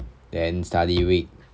then study week